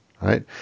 right